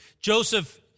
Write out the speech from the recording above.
Joseph